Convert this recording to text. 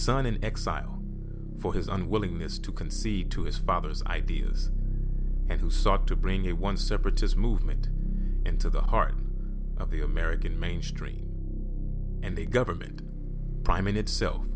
son in exile for his unwillingness to concede to his father's ideas and who sought to bring it one separatist movement into the heart of the american mainstream and the government prime in itself